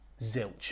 Zilch